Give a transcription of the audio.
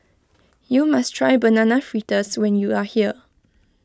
you must try Banana Fritters when you are here